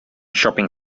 shopping